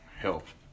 health